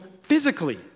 physically